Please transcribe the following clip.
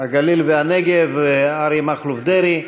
הגליל והנגב אריה מכלוף דרעי.